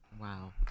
Wow